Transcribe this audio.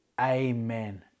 Amen